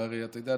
אתה יודע,